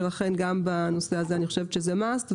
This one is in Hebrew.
ולכן גם בנושא הזה אני חושבת שזה must,